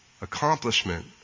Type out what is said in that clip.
Accomplishment